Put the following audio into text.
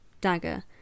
dagger